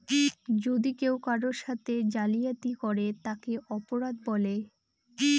যদি কেউ কারোর সাথে জালিয়াতি করে তাকে অপরাধ বলে